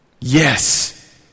Yes